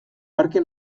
parke